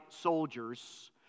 soldiers